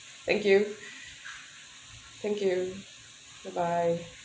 thank you thank you bye bye